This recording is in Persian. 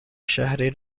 شهری